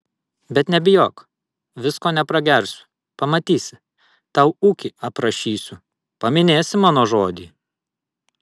bet nebijok visko nepragersiu pamatysi tau ūkį aprašysiu paminėsi mano žodį